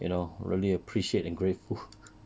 you know really appreciate and grateful